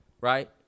right